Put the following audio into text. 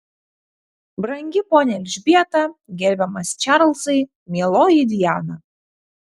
brangi ponia elžbieta gerbiamas čarlzai mieloji diana